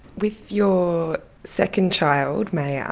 with your second child, maya,